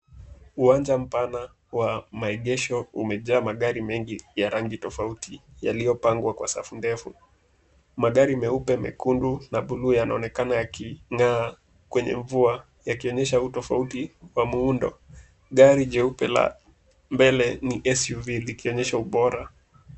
Uwanja mpana wa maegesho umejaa magari mengi ya rangi tofauti, yaliyopangwa kwa safu ndefu. Magari meupe mekundu na buluu yanaonekana yaking'aa kwenye mvua yakionyesha utofauti wa muundo. Gari jeupe la mbele ni SUV likionyesha ubora.